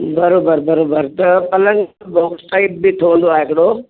बरोबरु बरोबरु त पलंगु बोथ साइड बि ठहंदो आहे हिकिड़ो